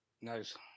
Nice